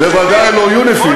בוודאי לא יוניפי"ל.